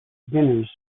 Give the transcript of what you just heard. dinners